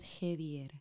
heavier